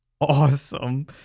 awesome